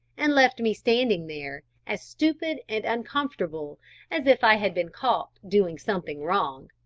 and left me standing there as stupid and uncomfortable as if i had been caught doing something wrong.